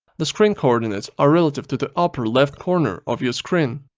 the screen coordinates are relative to the upper left corner of your screen.